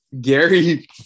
Gary